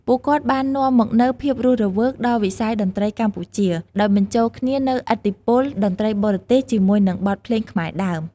ពួកគាត់បាននាំមកនូវភាពរស់រវើកដល់វិស័យតន្ត្រីកម្ពុជា ដោយបញ្ចូលគ្នានូវឥទ្ធិពលតន្ត្រីបរទេសជាមួយនឹងបទភ្លេងខ្មែរដើម។